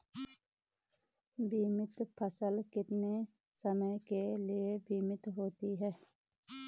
बीमित फसल कितने समय के लिए बीमित होती है?